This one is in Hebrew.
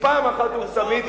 פעם אחת ולתמיד,